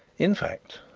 in fact,